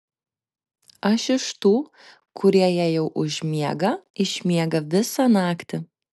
aš iš tų kurie jei jau užmiega išmiega visą naktį